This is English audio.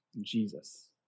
Jesus